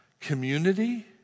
Community